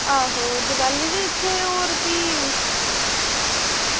आहो दिवाली भी इत्थें होर भी